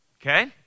okay